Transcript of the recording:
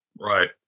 right